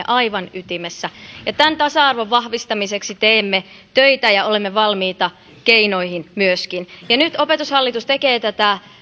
aivan meidän koulutusjärjestelmämme ytimessä ja tämän tasa arvon vahvistamiseksi teemme töitä ja olemme valmiita keinoihin myöskin nyt opetushallitus tekee tätä